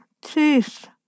teeth